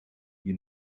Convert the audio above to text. you